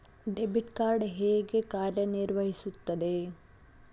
Debit card ಹೇಗೆ ಕಾರ್ಯನಿರ್ವಹಿಸುತ್ತದೆ?